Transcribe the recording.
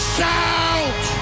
Shout